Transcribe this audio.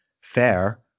fair